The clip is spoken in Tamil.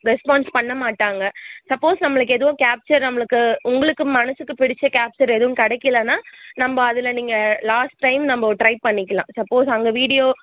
ரெஸ்பான்ஸ் பண்ண மாட்டாங்க சப்போஸ் நம்மளுக்கு எதுவும் கேப்ச்சர் நம்மளுக்கு உங்களுக்கு மனதுக்கு பிடித்த கேப்ச்சர் எதுவும் கிடைக்கலன்னா நம்ம அதில் நீங்கள் லாஸ்ட் டைம் நம்ம ஒரு ட்ரை பண்ணிக்கலாம் சப்போஸ் அங்கே வீடியோ